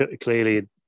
clearly